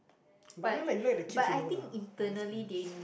but I mean like you like the kids you know lah like let's be honest